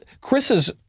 Chris's